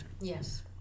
Yes